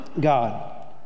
God